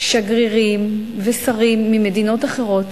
שגרירים ושרים ממדינות אחרות,